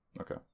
okay